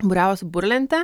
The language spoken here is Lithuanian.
buriavo su burlente